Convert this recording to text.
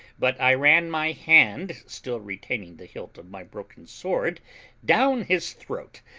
but i ran my hand still retaining the hilt of my broken sword down his throat,